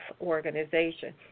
Organization